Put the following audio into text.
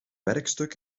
werkstuk